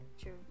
true